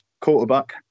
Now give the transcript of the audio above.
quarterback